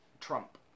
Trump